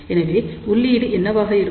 எனவே உள்ளீடு என்னவாக இருக்கும்